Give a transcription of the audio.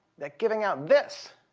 that giving out this